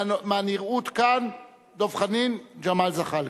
מהנראות כאן, דב חנין וג'מאל זחאלקה.